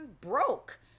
broke